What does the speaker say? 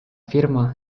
firma